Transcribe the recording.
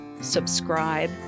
subscribe